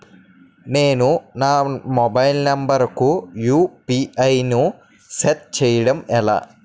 నేను నా mobile number కుయు.పి.ఐ ను సెట్ చేయడం ఎలా?